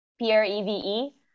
P-R-E-V-E